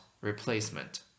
replacement